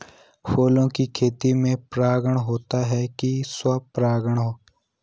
फूलों की खेती में पर परागण होता है कि स्वपरागण?